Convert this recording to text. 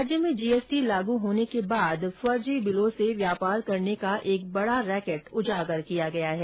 राज्य में जीएसटी लागू होने के बाद फर्जी बिलों से व्यापार करने का एक बड़ा रैकेट उजागर किया गया है